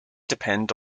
depend